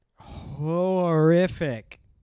horrific